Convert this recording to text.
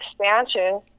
expansion